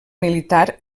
militar